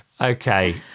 Okay